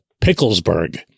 Picklesburg